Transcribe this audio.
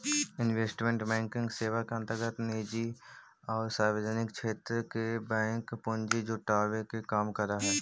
investment banking सेवा के अंतर्गत निजी आउ सार्वजनिक क्षेत्र के बैंक पूंजी जुटावे के काम करऽ हइ